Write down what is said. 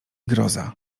groza